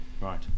Right